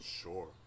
sure